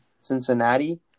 Cincinnati